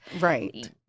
Right